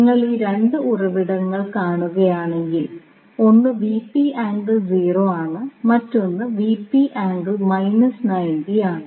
നിങ്ങൾ ഈ 2 ഉറവിടങ്ങൾ കാണുകയാണെങ്കിൽ ഒന്ന് ആണ് മറ്റൊന്നാണ് ആണ്